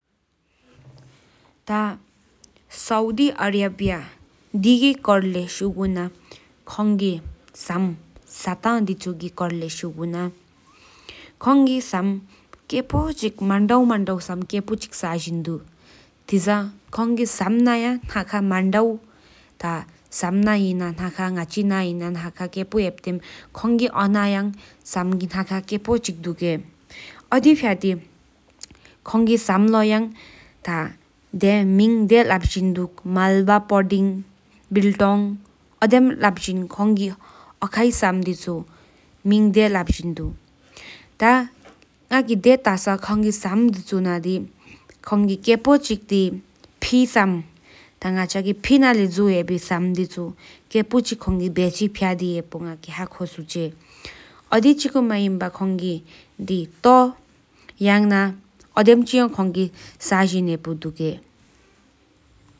ཐ་སའུ་ཌི་ཨ་རི་བྷ་དེ་སྐོར་ལས་ཤུག་ན་ཁོང་གསམ་བསགས་ཏང་དེ་ཆུ་དེ་སྐོར་ལས་ཤུག་གུ་ན་ཁོང་གི་གསམ་སྐྱོ་པ། ཅིག་མང་མང་སྐྱོ་པ་ཅིག་བསགས་རོགས། ཐེ་བཟང་ཁོང་གི་གསམ་འདྲ་མད་སྐོར་རོགས་ཐ་གས་མ་ཡ་ནེ་ན་ཡ་བསགས། ང་གཅེས་ན་ཡ་པོ་དེ་མ་ཁོང་གསམ་ཟེ་འན་ཟེ་ཀྱེ་བྱེད་པ། ཨོ་དི་ཕྱ་ཏེ་ཁོང་གི་གསམ་ཀོ་ཀྱི་མིང་འཇེལ་ཀྱེ་བྱེད་པ། སམ་བསྟར་པོ་དང། སྦིལ་ཀྲོན་བསགས། ཨོ་དེ་འཇེལ་ཀྱེ་བྱེད་པ། ཐ་ངགི་སྟག་སོགས་རི་གསམ་གཅེས་པོ་ཅིག་བགྲེལ་ཡོད་པ། ཐ་ངག་ཞེས་ཀྱང་བར་ཤོ་ཡོང་རེག་མ་ངག་རི་འཇི་ཅིག་ཁོང་གི་འོད་བསུ་གྱལ་ཡོས་པ། གང་གི་ཧ་གྲི་སྟག་ཅིག་འགྲེ་བོ། ཨོ་དི་ཅིག་མི་ན་གཡང་བབས་ཁོང་གི་དེ་ཐི་ཡར་ན་བས་པ་ཅིག་མ་ཁོང་གི་མ་སྦའི་གྱེན་ཡོང་བསགས་པ།